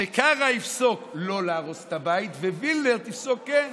שקרא יפסוק לא להרוס את הבית ווילנר תפסוק כן,